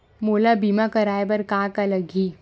मोला बीमा कराये बर का का लगही?